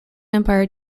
empire